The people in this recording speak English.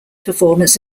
performance